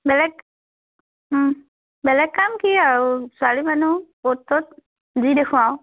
বেলেগ বেলেগ কাম কি আৰু ছোৱালী মানুহ অ'ত ত'ত যি দেখোঁ আৰু